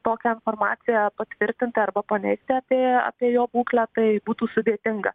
tokią informaciją patvirtinti arba paneigti apie apie jo būklę tai būtų sudėtinga